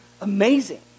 amazing